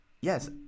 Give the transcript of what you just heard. Yes